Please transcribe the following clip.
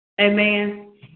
Amen